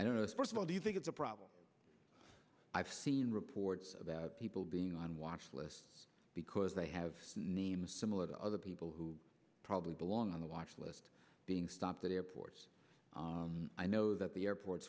i don't know is first of all do you think it's a problem i've seen reports about people being on watch lists because they have names similar to other people who probably belong on the watch list being stopped at airports i know that the airport